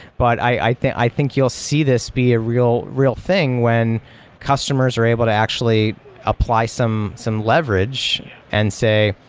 but i think i think you'll see this be a real real thing when customers are able to actually apply some some leverage and say,